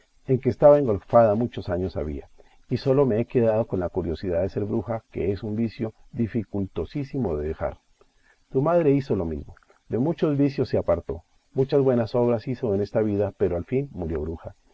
en que estaba engolfada muchos años había y sólo me he quedado con la curiosidad de ser bruja que es un vicio dificultosísimo de dejar tu madre hizo lo mismo de muchos vicios se apartó muchas buenas obras hizo en esta vida pero al fin murió bruja